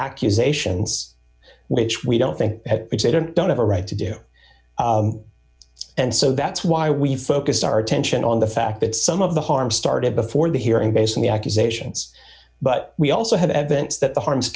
accusations which we don't think they don't don't have a right to do and so that's why we focus our attention on the fact that some of the harm started before the hearing based on the accusations but we also have evidence that the harms